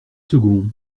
second